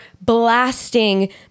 blasting